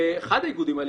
באחד האיגודים האלה,